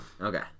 Okay